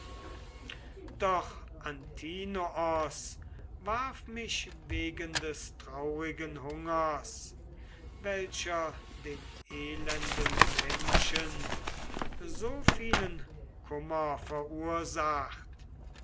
doch antinoos warf mich wegen des traurigen hungers welcher den elenden menschen so vielen kummer verursacht